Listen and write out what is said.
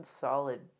solid